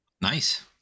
Nice